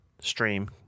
stream